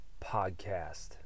podcast